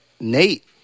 Nate